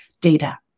data